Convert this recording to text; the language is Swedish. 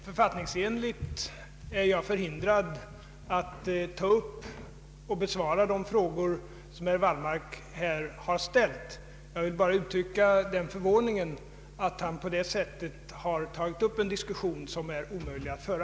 Författningsenligt är jag förhindrad att ta upp och besvara de frågor som herr Wallmark har ställt här. Jag vill bara uttrycka min förvåning över att han på detta sätt velat ta upp en diskussion som det är omöjligt att föra.